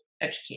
educate